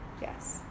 Yes